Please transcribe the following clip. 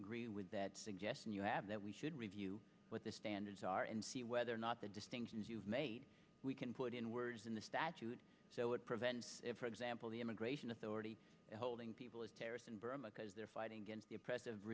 agree with that suggestion you have that we should review what the standards are and see whether or not the distinctions you've made we can put in words in the statute so it prevents for example the immigration authority holding people in burma because they're fighting against the oppressive